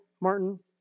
Martin